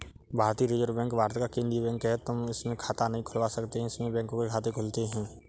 भारतीय reserve bank Bharat का केन्द्रीय बैंक है, तुम इसमें खाता नहीं खुलवा सकते इसमें बैंकों के खाते खुलते हैं